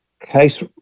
case